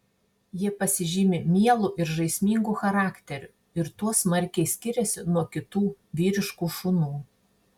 jie pasižymi mielu ir žaismingu charakteriu ir tuo smarkiai skiriasi nuo kitų vyriškų šunų